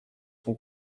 son